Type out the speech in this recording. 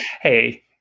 hey